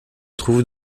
trouve